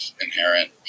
inherent